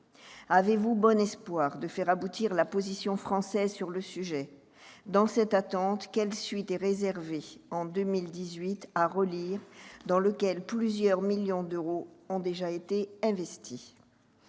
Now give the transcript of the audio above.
Avez-vous bon espoir de faire aboutir la position française sur le sujet ? Dans cette attente, quelle suite est réservée, en 2018, à ReLIRE, dans lequel plusieurs millions d'euros ont déjà été investis ?